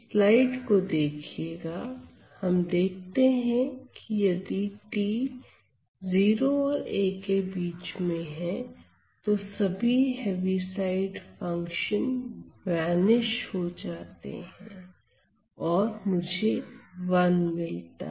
slide को देखिएगा हम देखते हैं कि यदि t 0 से a के बीच है तो सभी हैवी साइड फंक्शन वेनिश हो जाते हैं और मुझे 1 मिलता है